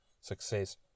Success